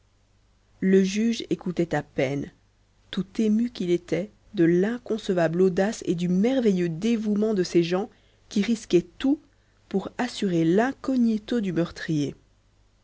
le juge écoutait à peine tout ému qu'il était de l'inconcevable audace et du merveilleux dévouement de ces gens qui risquaient tout pour assurer l'incognito du meurtrier